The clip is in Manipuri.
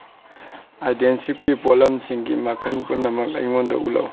ꯑꯥꯏꯗꯦꯟꯁꯤꯞꯀꯤ ꯄꯣꯠꯂꯝꯁꯤꯡꯒꯤ ꯃꯈꯜ ꯄꯨꯝꯅꯃꯛ ꯑꯩꯉꯣꯟꯗ ꯎꯠꯂꯛꯎ